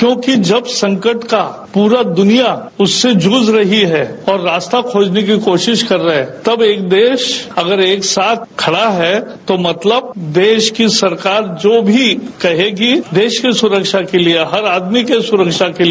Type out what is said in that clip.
क्योंकि जब संकट का पूरा दुनिया उससे जूझ रही है और रास्ता खोजने की कोशिश कर रहे हैं तब एक देश एक साथ खड़ा है तो मतलब देश की सरकार जो भी कहेगी देश की सुरक्षा के लिए हर आदमी की सुरक्षा के लिए